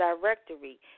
directory